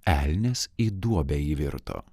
elnias į duobę įvirto